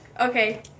Okay